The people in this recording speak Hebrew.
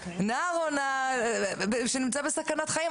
לזהות נער או נערה שנמצאים בסכנת חיים?